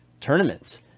tournaments